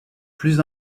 plus